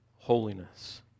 holiness